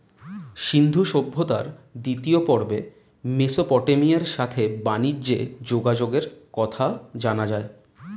সিন্ধু সভ্যতার দ্বিতীয় পর্বে মেসোপটেমিয়ার সাথে বানিজ্যে যোগাযোগের কথা জানা যায়